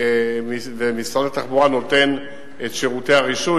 ומשרד התחבורה נותן את שירותי הרישוי.